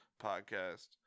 Podcast